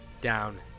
down